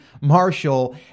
Marshall